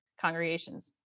congregations